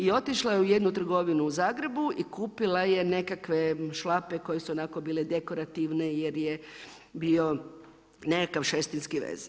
I otišla je u jednu trgovinu u Zagrebu i kupila je nekakve šlape koji su onako bile dekorativne, jer je bio nekakav šestinski vez.